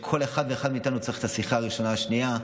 כל אחד ואחד מאיתנו צריך את השיחה הראשונה והשנייה.